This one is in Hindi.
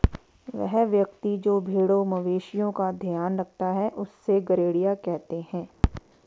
वह व्यक्ति जो भेड़ों मवेशिओं का ध्यान रखता है उससे गरेड़िया कहते हैं